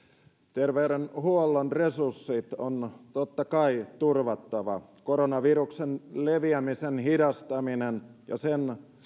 terveydenhuollon resurssit on totta kai turvattava koronaviruksen leviämisen hidastaminen ja sen